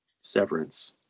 severance